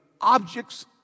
objects